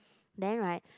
then right